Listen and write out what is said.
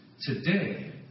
Today